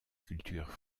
cultures